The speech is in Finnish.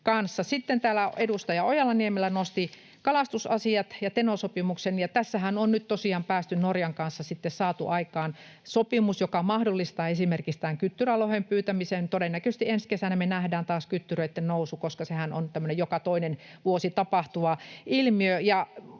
Sitten täällä edustaja Ojala-Niemelä nosti kalastusasiat ja Teno-sopimuksen. Tässähän on nyt tosiaan Norjan kanssa saatu aikaan sopimus, joka mahdollistaa esimerkiksi tämän kyttyrälohen pyytämisen. Todennäköisesti ensi kesänä me nähdään taas kyttyröitten nousu, koska sehän on tämmöinen joka toinen vuosi tapahtuva ilmiö.